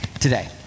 today